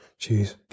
Jeez